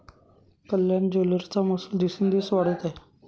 कल्याण ज्वेलर्सचा महसूल दिवसोंदिवस वाढत आहे